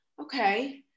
Okay